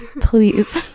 please